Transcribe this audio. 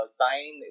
sign